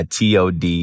TOD